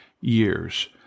years